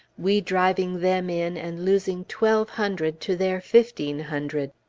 we driving them in, and losing twelve hundred, to their fifteen hundred.